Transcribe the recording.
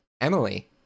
Emily